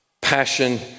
Passion